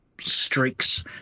streaks